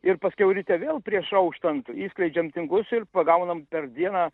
ir paskiau ryte vėl prieš auštant išskleidžiam tinklus ir pagaunam per dieną